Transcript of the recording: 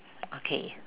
okay